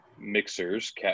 mixers